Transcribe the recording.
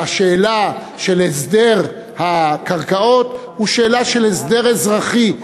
והשאלה של הסדר הקרקעות היא שאלה של הסדר אזרחי.